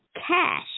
cash